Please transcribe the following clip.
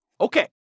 Okay